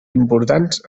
importants